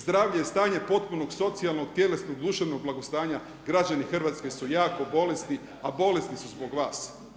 Zdravlje je stanje potpunog socijalnog, tjelesnog, duševnog blagostanja, građani Hrvatske su jako bolesni a bolesni su zbog vas.